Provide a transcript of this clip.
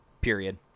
period